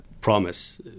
promise